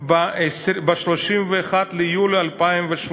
ב-31 ביולי 2013,